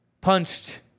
punched